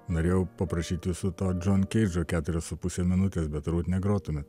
norėjau paprašyt jūsų to džon keidžo keturios su puse minutės bet turbūt negrotumėt